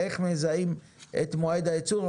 איך מזהים את מועד הייצור.